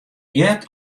heard